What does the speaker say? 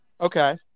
Okay